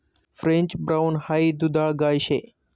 French brown हाई दुधाळ गाय शे